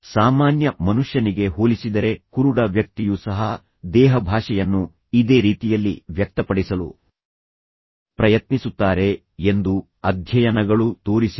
ಸಾಮಾನ್ಯ ಮನುಷ್ಯನಿಗೆ ಹೋಲಿಸಿದರೆ ಕುರುಡ ವ್ಯಕ್ತಿಯೂ ಸಹ ದೇಹಭಾಷೆಯನ್ನು ಇದೇ ರೀತಿಯಲ್ಲಿ ವ್ಯಕ್ತಪಡಿಸಲು ಪ್ರಯತ್ನಿಸುತ್ತಾರೆ ಎಂದು ಅಧ್ಯಯನಗಳು ತೋರಿಸಿವೆ